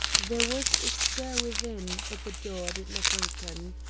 there was a stir within, but the door did not open.